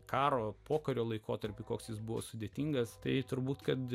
karo pokario laikotarpiu koks jis buvo sudėtingas tai turbūt kad